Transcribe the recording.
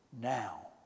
now